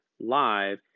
live